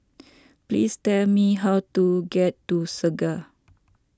please tell me how to get to Segar